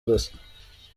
gusa